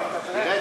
תראה,